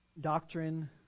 doctrine